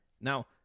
Now